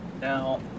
now